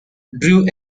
drew